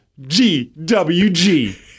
GWG